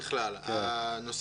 חבר